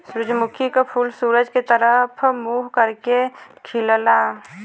सूरजमुखी क फूल सूरज के तरफ मुंह करके खिलला